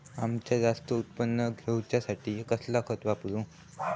अम्याचा जास्त उत्पन्न होवचासाठी कसला खत वापरू?